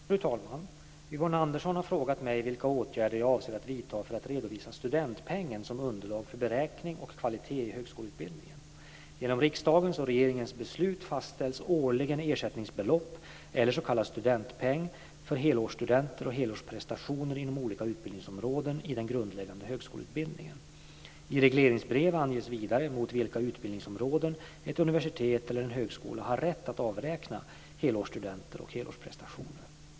Fru talman! Yvonne Andersson har frågat mig vilka åtgärder jag avser att vidta för att redovisa studentpengen som underlag för beräkning och kvalitet i högskoleutbildningen. Genom riksdagens och regeringens beslut fastställs årligen ersättningsbelopp eller s.k. studentpeng för helårsstudenter och helårsprestationer inom olika utbildningsområden i den grundläggande högskoleutbildningen. I regleringsbrev anges vidare mot vilka utbildningsområden ett universitet eller en högskola har rätt att avräkna helårsstudenter och helårsprestationer.